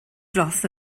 dros